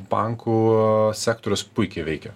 bankų sektorius puikiai veikia